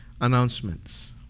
announcements